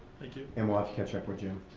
thank you. and we'll have to catch up with jim.